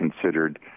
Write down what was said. considered